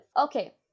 Okay